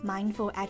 Mindful